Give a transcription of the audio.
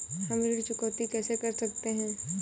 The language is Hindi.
हम ऋण चुकौती कैसे कर सकते हैं?